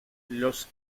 los